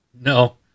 No